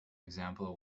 example